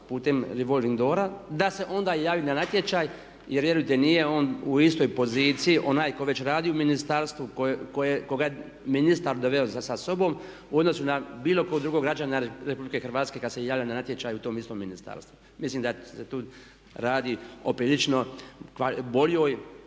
putem revolving doora da se onda javi na natječaj jer vjerujte nije on u istoj poziciji onaj tko već radi u ministarstvu, kojeg je ministar doveo sa sobom u odnosu na bilo kog drugog građanina Republike Hrvatske kad se javlja na natječaj u tom istom ministarstvu. Mislim da se tu radi o prilično boljoj